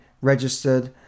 registered